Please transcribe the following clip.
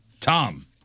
Tom